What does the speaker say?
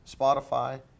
Spotify